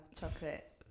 chocolate